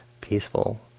peaceful